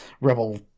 rebel